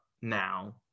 now